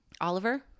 oliver